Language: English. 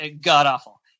god-awful